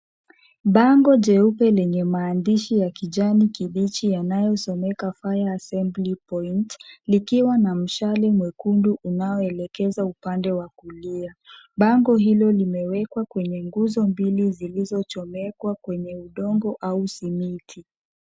Bango jeupe lenye maandishi ya kijani kibichi yanayosomeka fire assembly point , likiwa na mshale mwekundu unaoelekeza upande wa kulia. Bango hilo limewekwa kwenye nguzo mbili zilizochomekwa kwenye udongo au simiti.